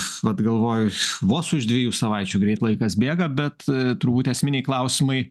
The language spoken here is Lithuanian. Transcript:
s vat galvoju vos už dviejų savaičių greit laikas bėga bet turbūt esminiai klausimai